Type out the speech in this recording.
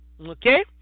Okay